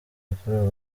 yakorewe